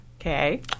Okay